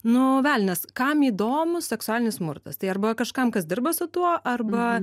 nu velnias kam įdomu seksualinis smurtas tai arba kažkam kas dirba su tuo arba